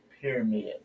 pyramid